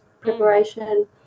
preparation